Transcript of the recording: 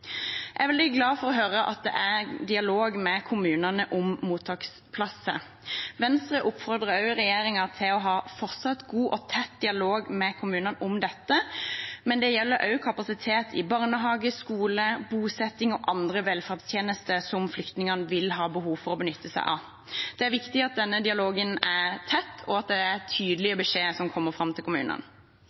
Jeg er veldig glad for å høre at det er dialog med kommunene om mottaksplasser. Venstre oppfordrer regjeringen til å ha en fortsatt god og tett dialog med kommunene om dette, men det gjelder også kapasiteten i barnehage, skole og bosetting og andre velferdstjenester som flyktningene vil ha behov for å benytte seg av. Det er viktig at denne dialogen er tett, og at det er tydelige beskjeder som kommer fram til kommunene.